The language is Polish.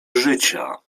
życia